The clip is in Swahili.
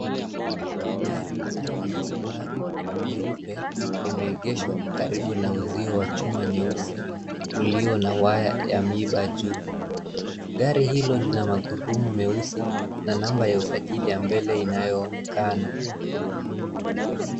Gari aina ya subaru nyeupe, limeegezwa karibu ya uzio wa chuma mweusi, ulio na waya ya miba juu. Gari hilo lina magurudumu meusi, na namba ya usajili ya mbele inayoonekana.